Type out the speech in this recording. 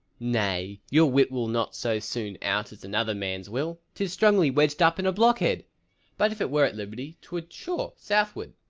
nay, your wit will not so soon out as another man's will tis strongly wedged up in a block-head but if it were at liberty twould, sure, southward.